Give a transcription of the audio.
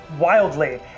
wildly